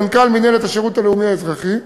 מנכ"ל מינהלת השירות האזרחי-לאומי,